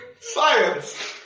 Science